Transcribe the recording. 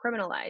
criminalized